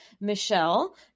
Michelle